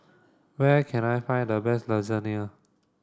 where can I find the best Lasagne